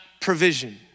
provision